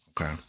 okay